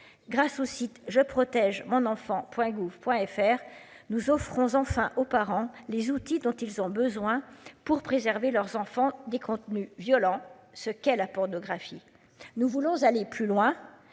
Grâce au site je protège mon enfant Point gouv Point FR nous offrons enfin aux parents les outils dont ils ont besoin pour préserver leurs enfants des contenus violents ce qu'est la pornographie. Nous voulons aller plus loin,